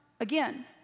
again